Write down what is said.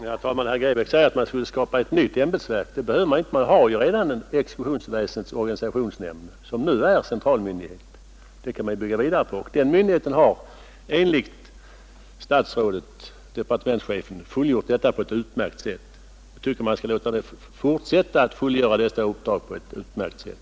Herr talman! Herr Grebäck säger att man skulle skapa ett nytt ämbetsverk. Det behöver man inte. Man har ju redan exekutionsväsendets organisationsnämnd som nu är central myndighet. Den kan man bygga vidare på. Den myndigheten har, enligt departementschefen, fullgjort uppdragen på ett utmärkt sätt. Jag tycker att man skall låta nämnden fortsätta att fullgöra dessa uppdrag på ett utmärkt sätt.